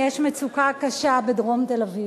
יש מצוקה קשה בדרום תל-אביב.